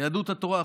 יהדות התורה,